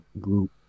group